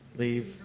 Leave